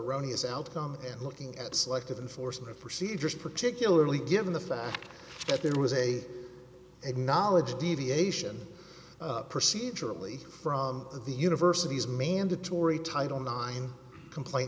erroneous outcome and looking at selective enforcement procedures particularly given the fact that there was a acknowledged deviation procedurally from the university's mandatory title nine complaint